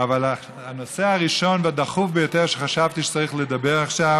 אבל הנושא הראשון והדחוף ביותר שחשבתי שצריך לדבר עליו עכשיו